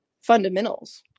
fundamentals